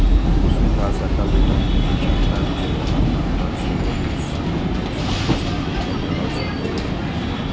शुद्ध आ सकल रिटर्न के बीच अंतर के आधार पर सेहो निवेश प्रदर्शन आंकल जा सकैए